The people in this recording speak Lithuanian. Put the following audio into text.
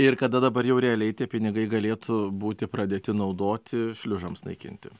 ir kada dabar jau realiai tie pinigai galėtų būti pradėti naudoti šliužams naikinti